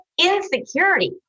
insecurity